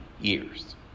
years